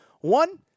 One